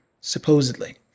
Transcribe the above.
supposedly